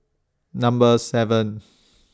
Number seven